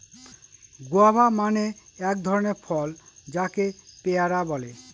guava মানে এক ধরনের ফল যাকে পেয়ারা বলে